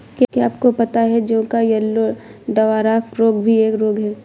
क्या आपको पता है जौ का येल्लो डवार्फ रोग भी एक रोग है?